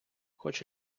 хоч